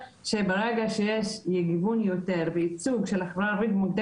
שברגע שיש יותר גיוון וייצוג של החברה הערבית במוקדי